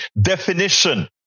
definition